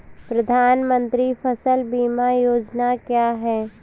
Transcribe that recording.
प्रधानमंत्री फसल बीमा योजना क्या है?